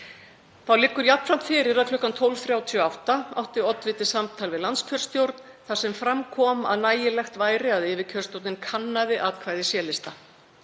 Þá liggur jafnframt fyrir að kl. 12.38 átti oddviti samtal við landskjörstjórn þar sem fram kom að nægilegt væri að yfirkjörstjórnin kannaði atkvæði C-lista.